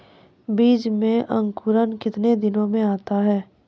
बीज मे अंकुरण कितने दिनों मे आता हैं?